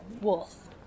Wolf